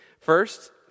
First